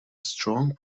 strong